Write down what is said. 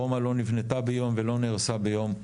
רומא לא נבנתה ביום ולא נהרסה ביום.